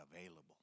available